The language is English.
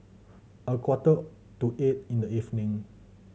a quarter to eight in the evening